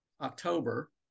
October